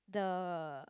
the